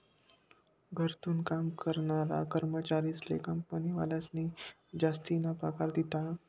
घरथून काम करनारा कर्मचारीस्ले कंपनीवालास्नी जासतीना पगार दिधा